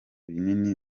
binini